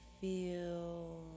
feel